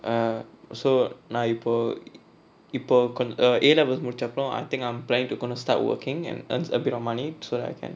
err so நா இப்போ இப்போ கொஞ்ச:naa ippo ippo konja A level முடிச்ச அப்புறம்:mudicha appuram I think I'm planning to start working and earns a bit of money so that I can